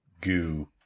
goo